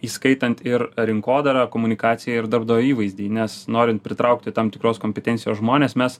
įskaitant ir rinkodarą komunikaciją ir darbdavio įvaizdį nes norint pritraukti tam tikros kompetencijos žmones mes